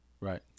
Right